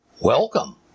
Welcome